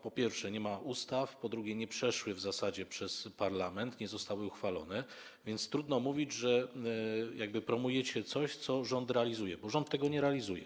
Po pierwsze, nie ma ustaw, po drugie, nie przeszły one w zasadzie przez parlament, nie zostały uchwalone, więc trudno mówić, że promujecie coś, co rząd realizuje, bo rząd tego nie realizuje.